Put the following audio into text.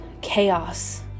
chaos